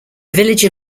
village